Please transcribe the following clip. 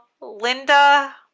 Linda